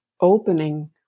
opening